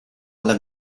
alla